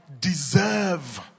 deserve